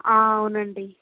అవునండీ